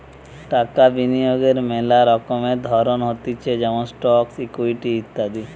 টাকা বিনিয়োগের মেলা রকমের ধরণ হতিছে যেমন স্টকস, ইকুইটি ইত্যাদি